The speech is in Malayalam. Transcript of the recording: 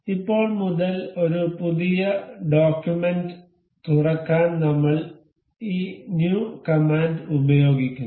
ഇപ്പോൾ മുതൽ ഒരു പുതിയ ഡോക്യുമെന്റ് തുറക്കാൻ നമ്മൾ ഈ ന്യൂ കമാൻഡ് ഉപയോഗിക്കുന്നു